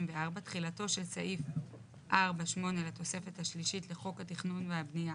תחילתו של סעיף 4.8 לתוספת השלישית לחוק התכנון והבנייה,